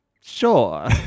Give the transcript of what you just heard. sure